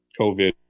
COVID